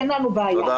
אין לנו בעיה.